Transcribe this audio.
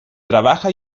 trabaja